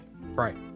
Right